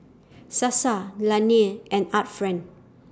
Sasa Laneige and Art Friend